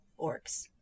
orcs